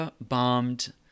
bombed